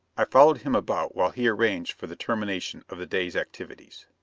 i followed him about while he arranged for the termination of the day's activities.